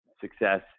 success